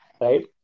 right